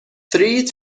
three